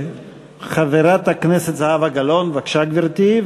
חברת הכנסת זהבה גלאון, בבקשה, גברתי.